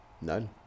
None